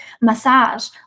massage